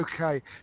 Okay